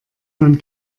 man